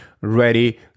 ready